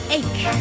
ache